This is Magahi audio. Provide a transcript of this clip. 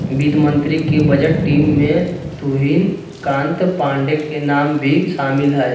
वित्त मंत्री के बजट टीम में तुहिन कांत पांडे के नाम भी शामिल हइ